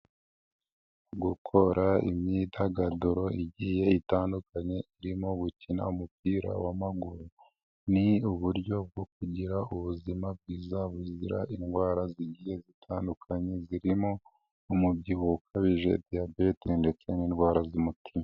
Gukora imyidagaduro igiye itandukanye irimo gukina umupira w'amaguru. Ni uburyo bwo kugira ubuzima bwiza buzira indwara zitandukanye, zirimo umubyibuho ukabije, Diyabete ndetse n'indwara z'umutima.